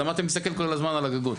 למה אתה מסתכל כל הזמן על הגגות?